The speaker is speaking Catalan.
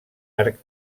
arc